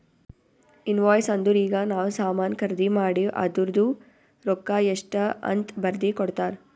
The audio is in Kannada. ಇನ್ವಾಯ್ಸ್ ಅಂದುರ್ ಈಗ ನಾವ್ ಸಾಮಾನ್ ಖರ್ದಿ ಮಾಡಿವ್ ಅದೂರ್ದು ರೊಕ್ಕಾ ಎಷ್ಟ ಅಂತ್ ಬರ್ದಿ ಕೊಡ್ತಾರ್